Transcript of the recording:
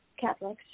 Catholics